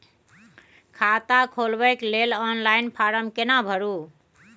खाता खोलबेके लेल ऑनलाइन फारम केना भरु?